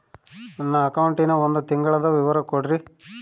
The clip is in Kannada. ನನ್ನ ಅಕೌಂಟಿನ ಒಂದು ತಿಂಗಳದ ವಿವರ ಕೊಡ್ರಿ?